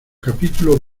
capítulo